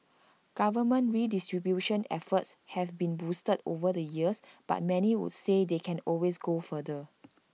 government redistribution efforts have been boosted over the years but many would say they can always go further